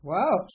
Wow